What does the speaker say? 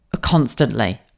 constantly